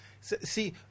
see